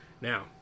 now